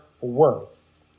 worth